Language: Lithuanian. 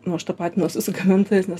nu aš tapatinuosi su gamintojais nes